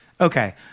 Okay